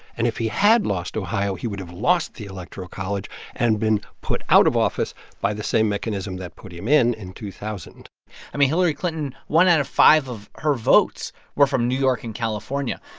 and if he had lost ohio, he would've lost the electoral college and been put out of office by the same mechanism that put him in in two thousand point i mean, hillary clinton one out of five of her votes were from new york and california.